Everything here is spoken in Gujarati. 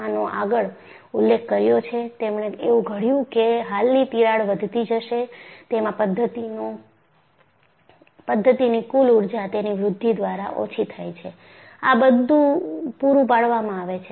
આનો આગળ ઉલ્લેખ કર્યો છે તેમણે એવું ઘડ્યું કે હાલની તિરાડ વધતી જશે તેમાં પદ્ધતિની કુલ ઊર્જા તેની વૃદ્ધિ દ્વારા ઓછી થાય છે આ બધું પૂરૂ પાડવામાં આવે છે